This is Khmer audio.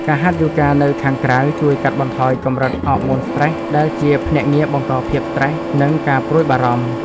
ការហាត់យូហ្គានៅខាងក្រៅជួយកាត់បន្ថយកម្រិតអរម៉ូនស្រ្តេស ដែលជាភ្នាក់ងារបង្កភាពស្ត្រេស និងការព្រួយបារម្ភ។